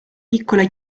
piccola